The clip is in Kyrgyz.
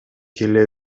келе